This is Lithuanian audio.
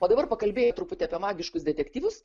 o dabar pakalbėję truputį apie magiškus detektyvus